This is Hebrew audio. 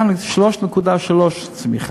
היה 3.3% צמיחה.